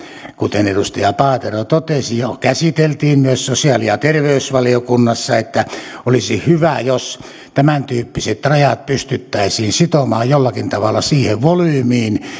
kuten edustaja paatero totesi jo käsiteltiin myös sosiaali ja terveysvaliokunnassa että olisi hyvä jos tämäntyyppiset rajat pystyttäisiin sitomaan jollakin tavalla siihen volyymiin